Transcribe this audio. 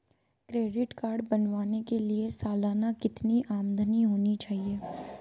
Credit card बनाने के लिए सालाना कितनी आमदनी होनी चाहिए?